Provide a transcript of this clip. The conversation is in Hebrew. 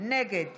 נגד